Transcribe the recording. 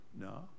no